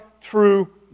true